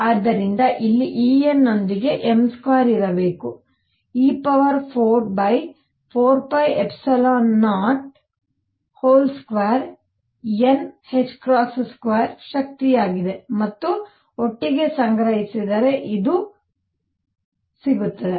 ಆದ್ದರಿಂದ ಇಲ್ಲಿ En ನೊಂದಿಗೆ m2 ಇರಬೇಕು e44π02n22 ಶಕ್ತಿಯಾಗಿದೆ ಮತ್ತು ಒಟ್ಟಿಗೆ ಸಂಗ್ರಹಿಸಿದರೆ ಇದು ಆಗಿರುತ್ತದೆ